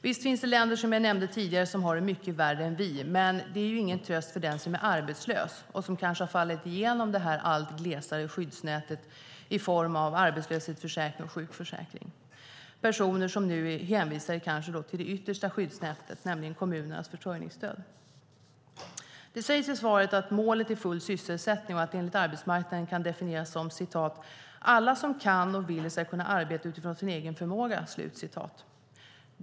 Visst finns det länder, som jag nämnde tidigare, som har det mycket värre än vi. Men det är ingen tröst för den som är arbetslös och som kanske har fallit igenom det allt glesare skyddsnätet i form av arbetslöshetsförsäkring och sjukförsäkring, personer som nu kanske är hänvisade till det allra yttersta av skyddsnät, nämligen kommunernas försörjningsstöd. Det sägs i svaret att målet är full sysselsättning och att det enligt arbetsmarknadsministern kan definieras som att "alla som kan och vill ska kunna arbeta utifrån sin egen förmåga".